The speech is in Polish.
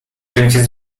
będzie